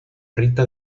rita